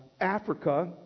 Africa